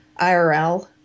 IRL